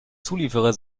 zulieferer